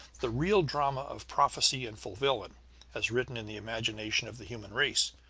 the real drama of prophecy and fulfilment, as written in the imagination of the human race,